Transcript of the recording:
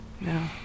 No